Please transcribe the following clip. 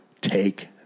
take